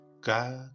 God